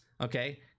okay